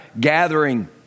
gathering